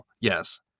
Yes